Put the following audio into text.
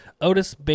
Otis